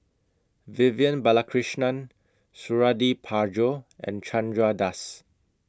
Vivian Balakrishnan Suradi Parjo and Chandra Das